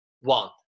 one